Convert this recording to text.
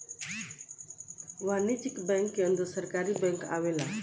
वाणिज्यिक बैंक के अंदर सरकारी बैंक आवेला